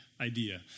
idea